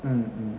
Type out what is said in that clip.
mm mm